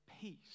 peace